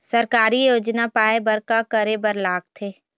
सरकारी योजना पाए बर का करे बर लागथे?